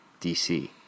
dc